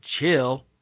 chill